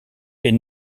est